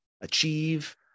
achieve